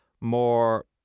more